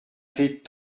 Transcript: fait